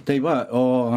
tai va o